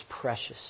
precious